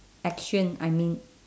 action I mean